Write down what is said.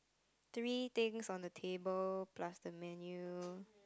three things on the table plus the menu